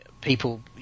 people